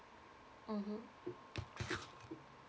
mmhmm